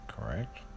correct